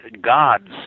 God's